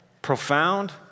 profound